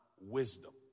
wisdom